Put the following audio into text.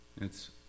It's